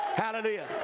Hallelujah